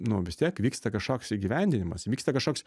nu vis tiek vyksta kažkoks įgyvendinimas vyksta kažkoks